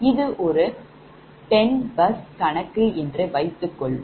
இது ஒரு 10 bus கணக்கு என்று வைத்துக்கொள்வோம்